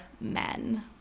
men